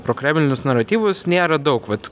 prokremlinius naratyvus nėra daug vat